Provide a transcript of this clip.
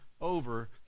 over